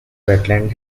wetland